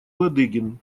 ладыгин